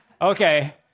Okay